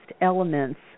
elements